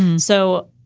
and so,